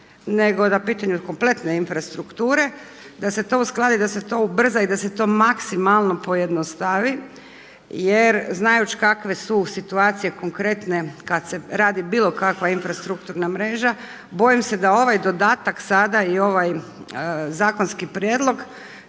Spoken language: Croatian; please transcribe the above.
nego na pitanju kompletne infrastrukture, da se to uskladi i da se to ubrza i da se to maksimalno pojednostavi jer znajući kakve su situacije konkretne kada se radi bilo kakva infrastrukturna mreža, bojim se da ovaj dodatak sada i ovaj zakonski prijedlog